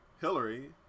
Hillary